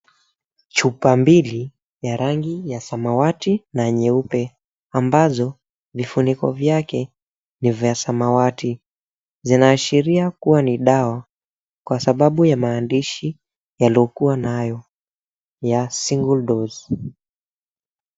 Chupa mbili za rangi ya samawati na nyeupe, ambazo vifiniko vyake ni vya samawati, zinaashiria kuwa ni dawa kwa sababu ya maandishi yaliyoandikwa juu yake ya, Single Dose.